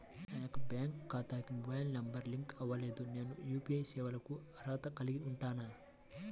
నా యొక్క బ్యాంక్ ఖాతాకి మొబైల్ నంబర్ లింక్ అవ్వలేదు నేను యూ.పీ.ఐ సేవలకు అర్హత కలిగి ఉంటానా?